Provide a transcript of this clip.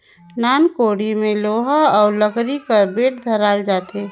नान कोड़ी मे लोहा अउ लकरी कर बेठ धराल जाथे